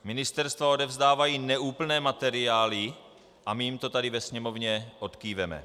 Ministerstva odevzdávají neúplné materiály a my jim to tady ve Sněmovně odkýváme.